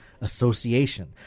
Association